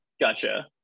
Gotcha